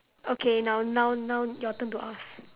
okay now now now your turn to ask